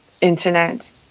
Internet